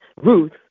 Ruth